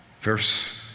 verse